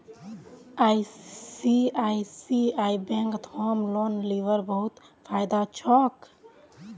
ICICI बैंकत home loan लीबार बहुत फायदा छोक